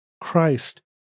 Christ